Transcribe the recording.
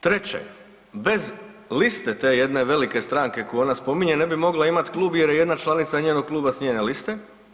Treće, bez liste te jedne velike stranke koju ona spominje ne bi mogla imati klub jer je jedna članica njenog kluba s njene liste.